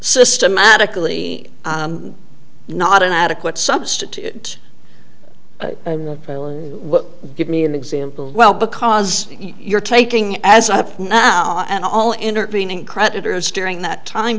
systematically not an adequate substitute what give me an example well because you're taking as up now and all intervening creditors during that time